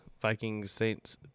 Vikings-Saints